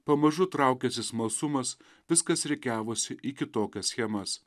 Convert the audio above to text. pamažu traukiasi smalsumas viskas rikiavosi į kitokias schemas